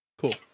cool